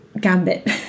gambit